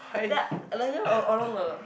then like you know along along the